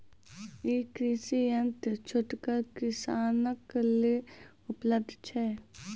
ई कृषि यंत्र छोटगर किसानक लेल उपलव्ध छै?